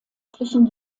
örtlichen